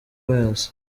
pius